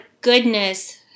goodness